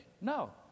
No